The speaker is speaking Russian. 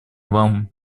вам